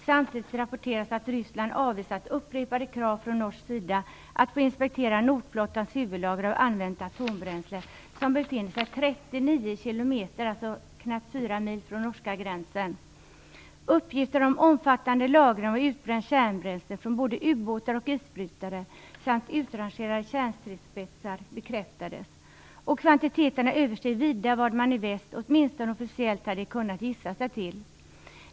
Samtidigt rapporterades att Ryssland avvisat upprepade krav från norsk sida att få inspektera nordflottans huvudlager av använt atombränsle, som befinner sig 39 kilometer, knappt fyra mil, från norska gränsen. Uppgifter om omfattande lagring av utbränt kärnbränsle från både ubåtar och isbrytare samt utrangerade kärnstridsspetsar bekräftades, och kvantiteterna översteg vida vad man i väst, åtminstone officiellt, hade kunnat gissa sig till.